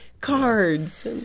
Cards